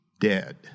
dead